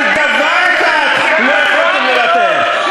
אבל על דבר אחד לא יכולתם לוותר,